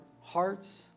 hearts